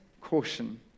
caution